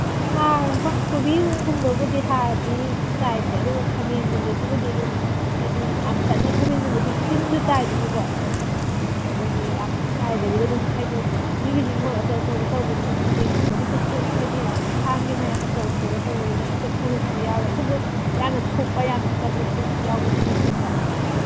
ꯍꯥꯔ ꯍꯣꯏ ꯀꯣꯕꯤꯒꯨꯝꯕꯕꯨꯗꯤ ꯍꯥꯔꯗꯤ ꯆꯥꯏꯗ꯭ꯔꯦ ꯑꯗꯨꯒ ꯈꯥꯃꯦꯟꯒꯨꯝꯕꯁꯤꯕꯨꯗꯤ ꯑꯗꯨꯝ ꯍꯥꯏꯗꯤ ꯌꯥꯝ ꯀꯟꯅ ꯈꯥꯃꯦꯟꯒꯨꯝꯕꯗꯤ ꯇꯤꯟꯁꯨ ꯇꯥꯏꯗꯅꯀꯣ ꯑꯗꯨꯒꯤ ꯌꯥꯝ ꯆꯥꯏꯗꯕꯤꯗ ꯑꯗꯨꯝ ꯍꯥꯏꯗꯤ ꯃꯤꯒꯤꯗꯤ ꯍꯤꯡꯒꯣꯟ ꯑꯆꯧ ꯑꯆꯧꯕ ꯇꯧꯕꯤꯅ ꯈꯥꯃꯦꯟꯒꯨꯝꯕꯗꯤ ꯀꯩꯁꯨ ꯍꯥꯏꯗꯤ ꯐꯥꯝꯒꯤ ꯃꯌꯥꯝ ꯑꯆꯧꯕ ꯑꯆꯧꯕ ꯇꯧꯕꯅꯤꯅ ꯈꯔ ꯈꯔꯗꯤ ꯌꯥꯎꯏ ꯑꯗꯨꯕꯨ ꯌꯥꯝ ꯁꯣꯛꯄ ꯌꯥꯝꯅ ꯑꯀꯟꯕ ꯄꯣꯠꯇꯤ ꯌꯥꯎꯕꯗꯤ ꯅꯠꯇꯦꯀꯣ